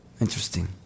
Interesting